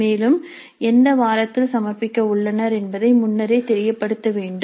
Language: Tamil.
மேலும் எந்த வாரத்தில் சமர்ப்பிக்க உள்ளனர் என்பதை முன்னரே தெரியப்படுத்த வேண்டும்